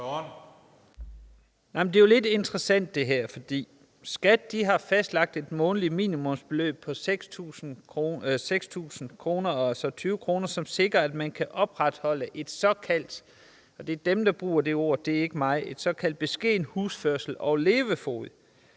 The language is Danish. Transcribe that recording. Det er jo lidt interessant, for SKAT har fastsat et månedligt minimumsbeløb på 6.020 kr., som sikrer, at man kan opretholde en såkaldt – det er dem,